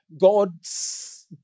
God's